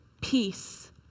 peace